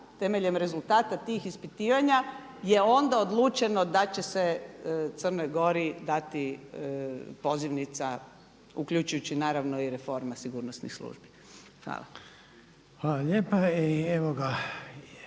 temeljem rezultata tih ispitivanja je onda odlučeno da će se Crnoj Gori dati pozivnica uključujući naravno i reforma sigurnosnih službi. Hvala. **Reiner, Željko